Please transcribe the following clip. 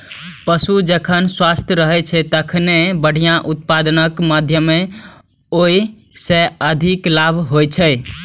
पशु जखन स्वस्थ रहै छै, तखने बढ़िया उत्पादनक माध्यमे ओइ सं आर्थिक लाभ होइ छै